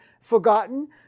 forgotten